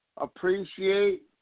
appreciate